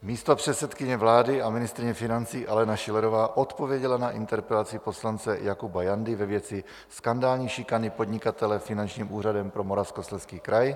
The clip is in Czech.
Místopředsedkyně vlády a ministryně financí Alena Schillerová odpověděla na interpelaci poslance Jakuba Jandy ve věci skandální šikany podnikatele Finančním úřadem pro Moravskoslezský kraj.